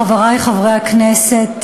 חברי חברי הכנסת,